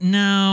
no